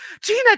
Gina